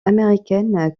américaine